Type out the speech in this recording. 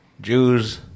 Jews